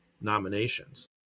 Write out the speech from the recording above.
nominations